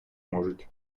можуть